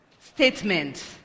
statement